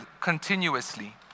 continuously